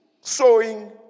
sowing